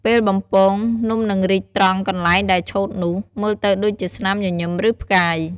ពេលបំពង នំនឹងរីកត្រង់កន្លែងដែលឆូតនោះ មើលទៅដូចជាស្នាមញញឹម ឬផ្កាយ។